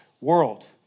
world